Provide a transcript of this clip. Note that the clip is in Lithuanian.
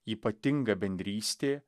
ypatinga bendrystė